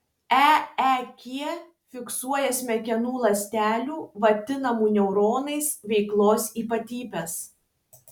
eeg fiksuoja smegenų ląstelių vadinamų neuronais veiklos ypatybes